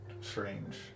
strange